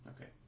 Okay